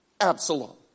Absalom